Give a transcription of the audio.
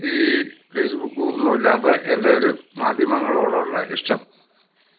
ഈ ഫേസ്ബുക്ക് ഒന്നും ഇല്ലാത്തെ എൻ്റെ ഒരു മാധ്യമങ്ങളോടുള്ള ഇഷ്ടം